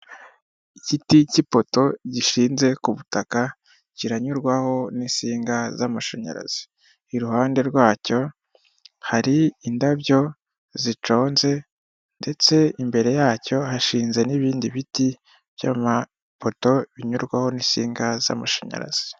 Igiti cy'ipoto gishinze ku butaka, kiranyurwaho n'insinga z'amashanyarazi. Iruhande rwacyo hari indabyo ziconze ndetse imbere yacyo hashinze n'ibindi biti by'amapoto binyurwaho n'insinga z'amashanyarazi.